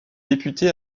député